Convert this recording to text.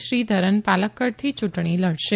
શ્રીધરન પાલક્કડથી ચૂંટણી લડશે